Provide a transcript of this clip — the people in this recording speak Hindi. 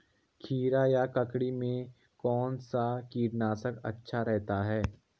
खीरा या ककड़ी में कौन सा कीटनाशक अच्छा रहता है?